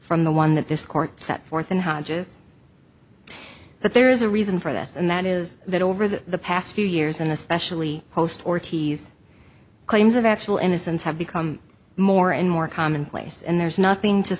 from the one that this court set forth in hodges but there is a reason for this and that is that over the past few years and especially post ortiz claims of actual innocence have become more and more commonplace and there's nothing to